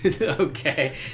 Okay